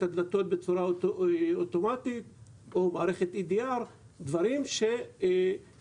הדלתות בצורה אוטומטית או מערכת ADR. דברים שיעזרו